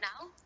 now